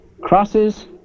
crosses